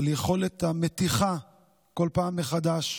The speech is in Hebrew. על יכולת המתיחה כל פעם מחדש.